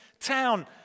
town